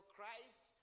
Christ